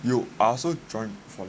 you I also join